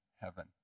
heaven